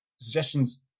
suggestions